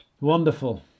wonderful